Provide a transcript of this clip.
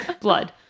Blood